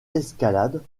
escalade